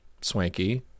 swanky